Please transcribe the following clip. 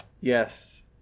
Yes